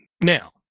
Now